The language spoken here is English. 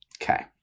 Okay